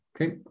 okay